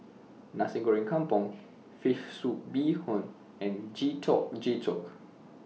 Nasi Goreng Kampung Fish Soup Bee Hoon and Getuk Getuk